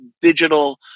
digital